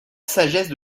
sagesse